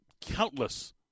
countless